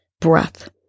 breath